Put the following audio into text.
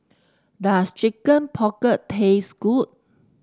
does Chicken Pocket taste good